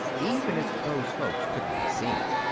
even if those folks couldn't be seen.